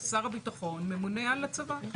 שר הביטחון ממונה על הצבא.